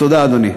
תודה, אדוני.